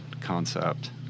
concept